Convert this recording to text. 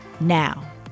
Now